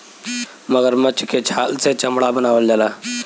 मगरमच्छ के छाल से चमड़ा बनावल जाला